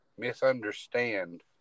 misunderstand